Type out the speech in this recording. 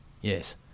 yes